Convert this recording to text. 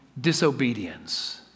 disobedience